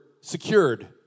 secured